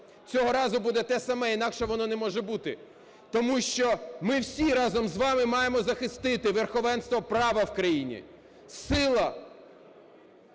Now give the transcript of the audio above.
Цього разу буде те ж саме, інакше воно не може бути. Тому що ми всі разом з вами маємо захистити верховенство права в країні. Сила